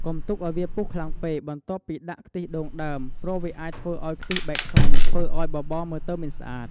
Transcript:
កុំទុកឱ្យវាពុះខ្លាំងពេកបន្ទាប់ពីដាក់ខ្ទិះដូងដើម ព្រោះវាអាចធ្វើឱ្យខ្ទិះបែកខ្លាញ់ ធ្វើឱ្យបបរមើលទៅមិនស្អាត។